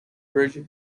bridge